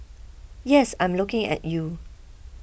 yes I'm looking at you